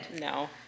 No